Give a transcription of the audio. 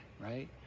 right